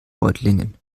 reutlingen